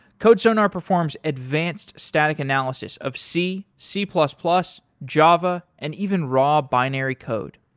codesonar performs advanced static analysis of c, c plus plus, java, and even raw binary code.